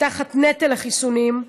תחת נטל החיסונים,